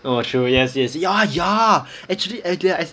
oh sure yes yes ya ya actually